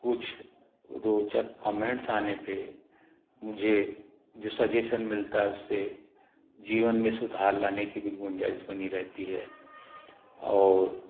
कुछ रोचक कामेंट्स आने पे मुझे जो सजेशन मिलता है उससे जीवन में सुधार लाने की भी गुंजाइश बनी रहती है और